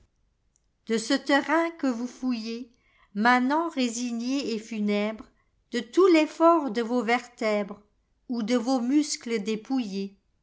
de ce terrain que vous fouillez manants résignés et funèbres de tout l'effort de vos vertèbres ou de vos muscles dépouillés